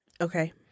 Okay